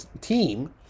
team